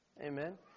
Amen